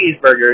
cheeseburgers